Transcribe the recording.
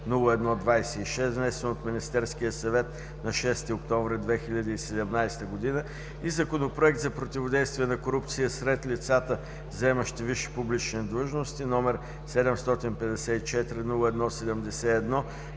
702-01-26, внесен от Министерския съвет на 6 октомври 2017 г. и Законопроект за противодействие на корупцията сред лица, заемащи висши публични длъжности, № 754-01-71,